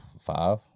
Five